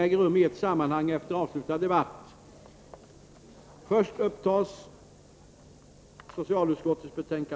I fråga om detta betänkande hålls gemensam överläggning för båda punkterna i betänkandet.